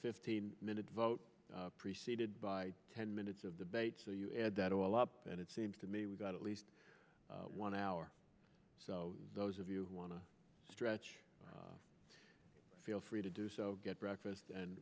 fifteen minute vote preceded by ten minutes of debate so you add that all up and it seems to me we got at least one hour so those of you who want to stretch feel free to do so get breakfast and